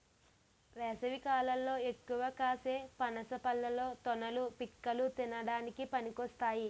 వేసవికాలంలో ఎక్కువగా కాసే పనస పళ్ళలో తొనలు, పిక్కలు తినడానికి పనికొస్తాయి